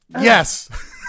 Yes